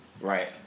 Right